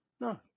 No